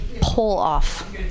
pull-off